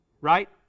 Right